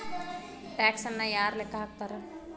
ಟ್ಯಾಕ್ಸನ್ನ ಯಾರ್ ಲೆಕ್ಕಾ ಹಾಕ್ತಾರ?